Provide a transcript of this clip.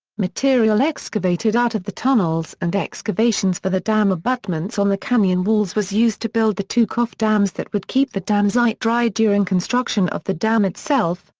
material excavated out of the tunnels and excavations for the dam abutments on the canyon walls was used to build the two cofferdams that would keep the damsite dry during construction of the dam itself,